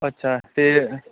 ਅੱਛਾ ਫਿਰ ਅ